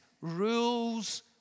rules